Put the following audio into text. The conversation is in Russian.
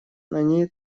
они